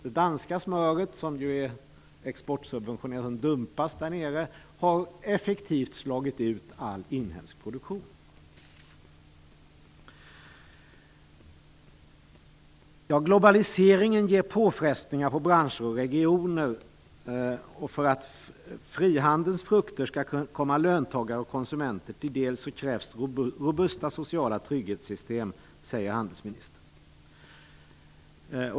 Det danska smöret, som ju är exportsubventionerat, som dumpas där nere, har effektivt slagit ut all inhemsk produktion. Globaliseringen ger påfrestningar på branscher och regioner. För att frihandelns frukter skall komma löntagare och konsumenter till del krävs robusta sociala trygghetssystem, säger handelsministern.